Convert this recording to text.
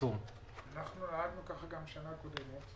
אנחנו נהגנו כך גם בשנה קודמת.